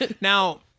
Now